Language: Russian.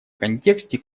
контексте